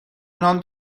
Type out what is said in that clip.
نان